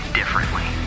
differently